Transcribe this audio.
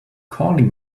calling